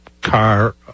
car